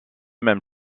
même